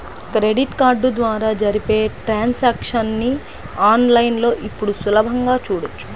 credit card ద్వారా జరిపే transactions ని ఆన్ లైన్ లో ఇప్పుడు సులభంగా చూడొచ్చు